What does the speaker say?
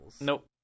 Nope